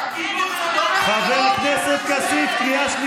חבר הכנסת כסיף, קריאה שנייה.